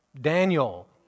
Daniel